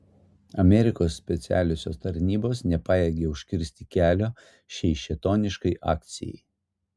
amerikos specialiosios tarnybos nepajėgė užkirsti kelio šiai šėtoniškai akcijai